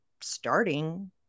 starting